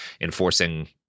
enforcing